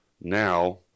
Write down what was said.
now